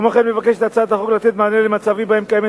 כמו כן מבקשת הצעת החוק לתת מענה למצבים שבהם קיימת